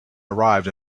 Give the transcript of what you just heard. arrived